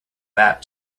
that